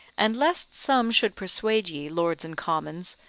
and lest some should persuade ye, lords and commons,